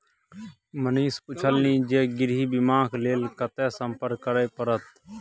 मनीष पुछलनि जे गृह बीमाक लेल कतय संपर्क करय परत?